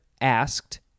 asked